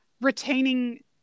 retaining